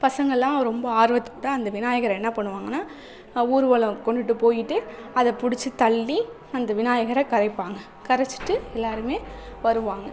பசங்கள் எல்லாம் ரொம்ப ஆர்வத்தோட அந்த விநாயகரை என்ன பண்ணுவாங்கன்னா ஊர்வலம் கொண்டுகிட்டு போயிட்டு அதை பிடிச்சி தள்ளி அந்த விநாயகர் கரைப்பாங்க கரைச்சிவிட்டு எல்லாருமே வருவாங்க